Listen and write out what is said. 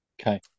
okay